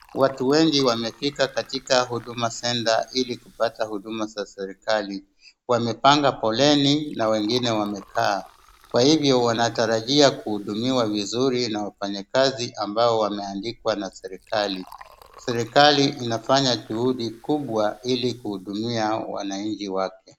Watu wengi wamefika katika Huduma Centre ili kupata huduma za serikali. Wamepanga foleni na wengine wamekaa, kwa hivyo wanatarajia kuhudumiwa vizuri na wafanyikazi ambao wameandikwa na serikali. Serikali inafanya juhudi kubwa ili kuhudumia wananchi wapya.